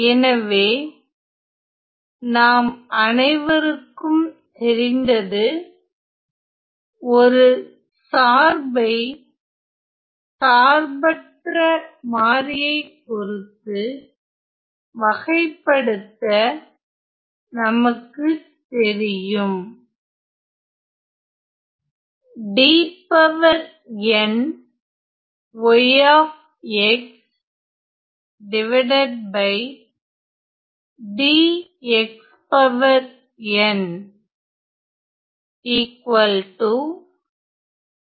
எனவே நாம் அனைவருக்கும் தெரிந்தது ஒரு சார்பை சார்பற்ற மாறியை பொறுத்து வகைப்படுத்த நமக்கு தெரியும்